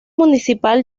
municipal